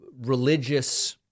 religious